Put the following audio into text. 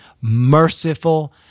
merciful